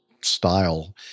style